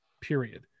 period